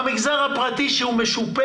במגזר הפרטי שהוא משופה